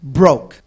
broke